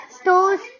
stores